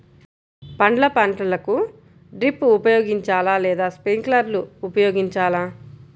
పండ్ల పంటలకు డ్రిప్ ఉపయోగించాలా లేదా స్ప్రింక్లర్ ఉపయోగించాలా?